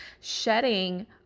shedding